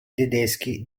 tedeschi